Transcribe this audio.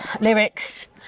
lyrics